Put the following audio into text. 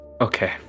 Okay